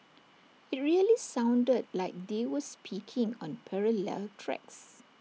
IT really sounded like they were speaking on parallel tracks